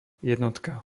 jednotka